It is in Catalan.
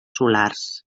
solars